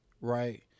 right